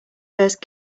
first